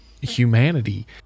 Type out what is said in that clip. humanity